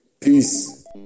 Peace